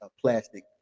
plastic